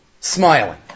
Smiling